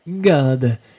God